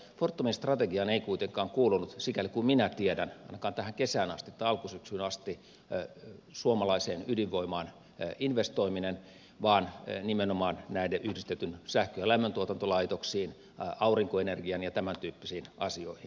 fortumin strategiaan ei kuitenkaan kuulunut sikäli kuin minä tiedän ainakaan tähän kesään asti tai alkusyksyyn asti suomalaiseen ydinvoimaan investoiminen vaan nimenomaan näihin yhdistettyihin sähkön ja lämmöntuotantolaitoksiin aurinkoenergiaan ja tämän tyyppisiin asioihin investoiminen